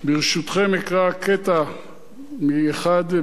אקרא קטע מאחד האהובים עליו,